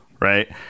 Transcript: right